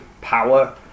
power